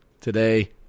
today